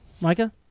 Micah